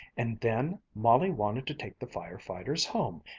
and then molly wanted to take the fire-fighters home,